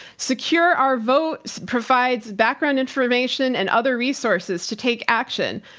secure our votes provides background information and other resources to take action.